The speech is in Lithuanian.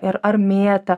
ir ar mėtą